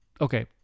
okay